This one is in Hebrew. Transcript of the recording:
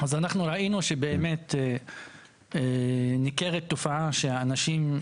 אז אנחנו ראינו שבאמת ניכרת תופעה שאנשים,